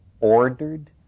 ordered